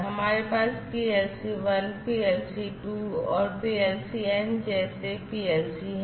हमारे पास PLC 1 PLC 2 और PLC n जैसे पीएलसी हैं